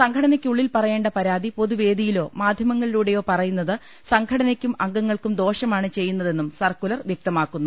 സംഘടനയ്ക്കുള്ളിൽ പറയേണ്ട പരാതി പൊതുവേദിയിലോ മാധ്യമങ്ങളിലൂടെയോ പറയുന്നത് സംഘടനയ്ക്കും അംഗങ്ങൾക്കും ദോഷമാണ് ചെയ്യുന്നതെന്നും സർക്കുലർ വൃക്തമാക്കുന്നു